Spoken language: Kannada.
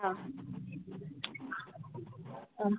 ಹಾಂ